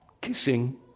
kissing